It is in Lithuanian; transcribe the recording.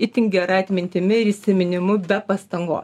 itin gera atmintimi ir įsiminimu be pastangos